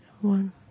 One